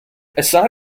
aside